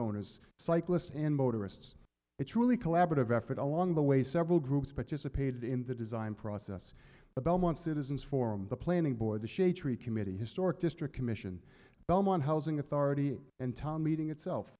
owners cyclists and motorists a truly collaborative effort along the way several groups but just a paid in the design process the belmont citizens forum the planning board the shadetree committee historic district commission belmont housing authority and town meeting itself